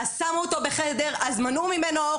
כמות הפעמים שגם אנחנו קיבלנו תיקים שנסגרו,